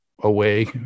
away